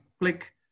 click